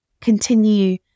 continue